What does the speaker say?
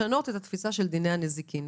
לשנות את התפיסה של דיני הנזיקין.